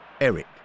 Eric